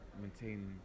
maintain